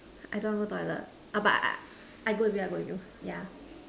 I don't want to go toilet but I I go with you I go with you yeah